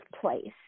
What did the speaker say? place